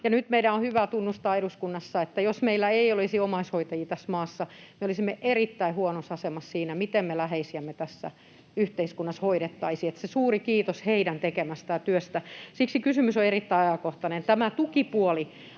Nyt meidän on hyvä tunnustaa eduskunnassa, että jos meillä ei olisi omaishoitajia tässä maassa, olisimme erittäin huonossa asemassa siinä, miten me läheisiämme tässä yhteiskunnassa hoidettaisiin. Eli suuri kiitos heidän tekemästään työstä. Siksi kysymys on erittäin ajankohtainen. Tämä tukipuoli: